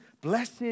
Blessed